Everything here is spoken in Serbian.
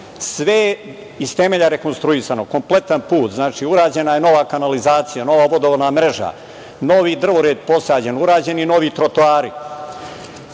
sve je iz temelja rekonstruisano, kompletan put. Znači, urađena je nova kanalizacija, nova vodovodna mreža, novi drvored posađen, urađeni novi trotoari. Pa,